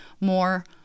more